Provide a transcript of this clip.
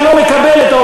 ולא מקבלת,